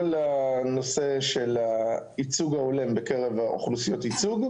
הנושא של הייצוג ההולם בקרב אוכלוסיות הייצוג,